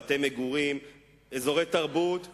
בתי-מגורים ואזורי תרבות ומסחר.